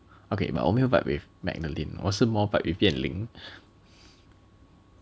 okay but 我没有 vibe with Magdalene 我是 more vibe with Yan Ling